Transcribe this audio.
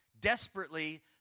desperately